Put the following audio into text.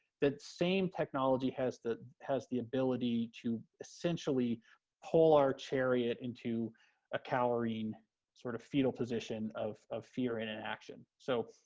that same technology has the has the ability to essentially pull our chariot into a cowering sort of fetal position of ah fear. and and so,